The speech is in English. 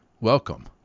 Welcome